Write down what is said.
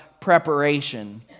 preparation